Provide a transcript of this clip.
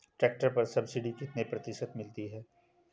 Tractor पर subsidy कितने प्रतिशत मिलती है?